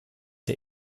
der